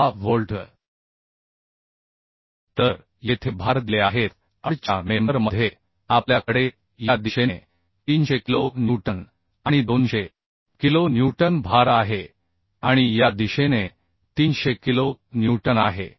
6 volt तर येथे भार दिले आहेत AD च्या मेंबर मध्ये आपल्या कडे या दिशेने 300 किलो न्यूटन आणि 200 किलो न्यूटन भार आहे आणि या दिशेने 300 किलो न्यूटन आहे